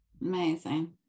amazing